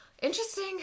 Interesting